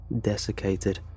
desiccated